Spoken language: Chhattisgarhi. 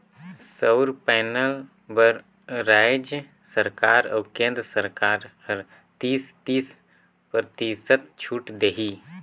सउर पैनल बर रायज सरकार अउ केन्द्र सरकार हर तीस, तीस परतिसत छूत देही